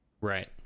Right